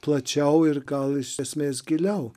plačiau ir gal iš esmės giliau